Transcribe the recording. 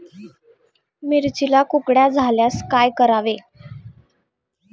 मिरचीला कुकड्या झाल्यास काय करावे?